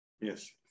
Yes